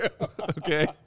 Okay